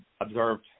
observed